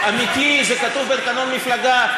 זה לגיטימי, זה אמיתי, זה כתוב בתקנון המפלגה.